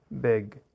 big